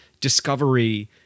discovery